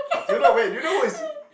do you know wait do you who is